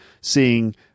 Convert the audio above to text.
seeing